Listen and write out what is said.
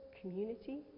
community